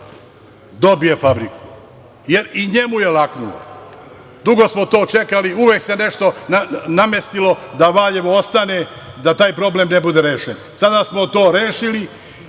dobije fabriku, jer i njemu je laknulo. Dugo smo to čekali. Uvek se nešto namestilo da Valjevo ostane, da taj problem ne bude rešen. Sada smo to rešili